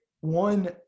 One